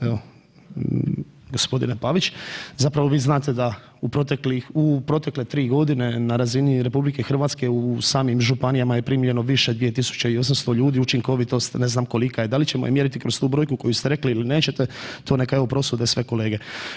Evo g. Pavić, zapravo vi znate da u proteklih, u protekle 3.g. na razini RH u samim županijama je primljeno više 2800 ljudi, učinkovitost ne znam kolika je, da li ćemo je mjeriti kroz tu brojku koju ste rekli ili nećete, to neka evo prosude sve kolege.